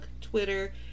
Twitter